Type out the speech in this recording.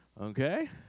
Okay